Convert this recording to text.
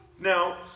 Now